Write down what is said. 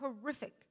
horrific